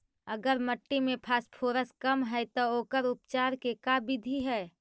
अगर मट्टी में फास्फोरस कम है त ओकर उपचार के का बिधि है?